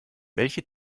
welche